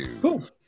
Cool